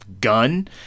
gun